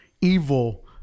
evil